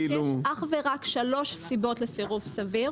יש אך ורק שלוש סיבות לסירוב סביר.